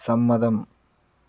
സമ്മതം